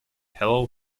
hello